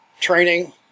training